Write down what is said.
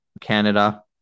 Canada